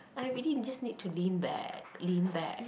I really just need to lean back lean back